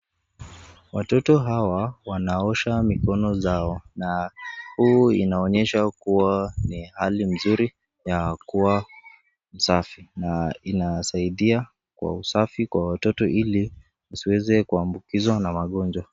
Watoto hawa wanaosha mikono zao na huu inaonyesha kuwa ni hali mzuri ya kuwa safi na inasaidia kwa usafi kwa watoto ili wasiweze kuambukizwa na magonjwa.